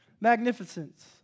magnificence